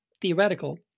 theoretical